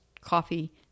coffee